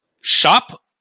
shop